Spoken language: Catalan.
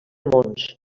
mons